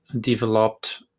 developed